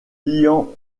ian